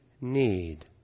need